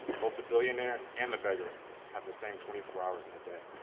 both the billionaire and the beggar have the same twenty four hours in a day.